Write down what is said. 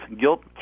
guilt